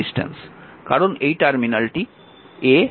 কারণ এই টার্মিনালটি a এবং এই টার্মিনালটি b